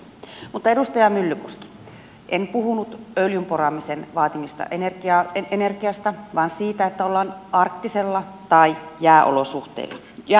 mutta edustaja myllykoski en puhunut öljyn poraamisen vaatimasta energiasta vaan siitä että ollaan arktisella tai jääolosuhteissa